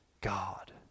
God